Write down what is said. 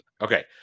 Okay